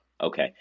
Okay